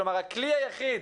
כלומר, הכלי היחיד